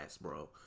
bro